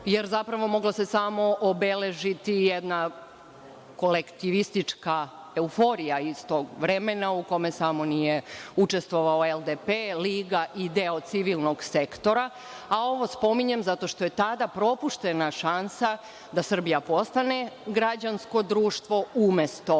jer mogla se samo obeležiti jedna kolektivistička euforija iz tog vremena u kome samo nije učestvovala LDP, Liga i deo civilnog sektora. Ovo spominjem zato što je tada propuštena šansa da Srbija postane građansko društvo umesto